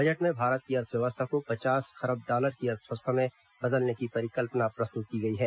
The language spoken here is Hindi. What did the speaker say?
बजट में भारत की अर्थव्यवस्था को पचास खरब डॉलर की अर्थव्यवस्था में बदलने की परिकल्पना प्रस्तुत की गई है